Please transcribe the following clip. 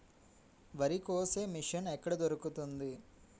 వరి కోసే మిషన్ ఎక్కడ దొరుకుతుంది?